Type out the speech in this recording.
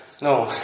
No